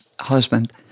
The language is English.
husband